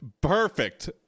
perfect